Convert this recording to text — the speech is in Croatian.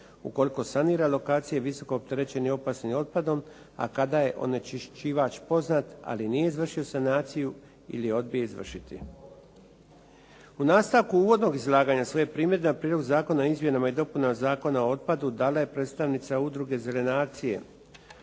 ukoliko sanira lokacije visoko opterećeni opasnim otpadom, a kada je onečišćivač poznat ali nije izvršio sanaciju ili je odbije izvršiti. U nastavku uvodnog izlaganja svoje primjedbe na Prijedlog zakona o Izmjenama i dopunama zakona o otpadu dala je predstavnica Udruge Zelene akcije.